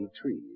trees